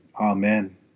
Amen